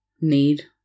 need